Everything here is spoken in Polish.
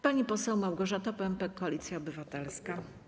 Pani poseł Małgorzata Pępek, Koalicja Obywatelska.